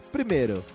Primeiro